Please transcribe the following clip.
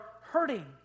hurting